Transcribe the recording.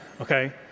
Okay